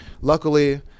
luckily